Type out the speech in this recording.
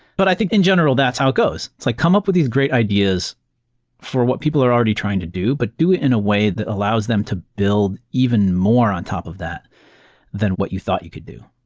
but i think, in general, that's how it goes. it's like come up with these great ideas for what people are already trying to do, but do it in a way that allows them to build even more on top of that than what you thought you could do.